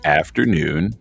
afternoon